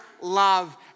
love